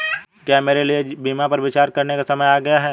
क्या मेरे लिए जीवन बीमा पर विचार करने का समय आ गया है?